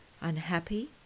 unhappy